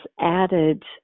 added